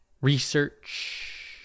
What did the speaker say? research